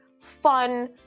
fun